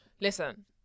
listen